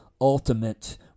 ultimate